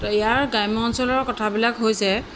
ইয়াৰ গ্ৰাম্য অঞ্চলৰ কথাবিলাক হৈছে